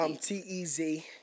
T-E-Z